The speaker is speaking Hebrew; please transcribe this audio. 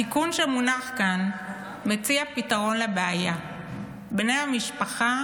התיקון שמונח כאן מציע פתרון לבעיה: בני המשפחה